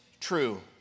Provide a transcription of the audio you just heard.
true